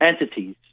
entities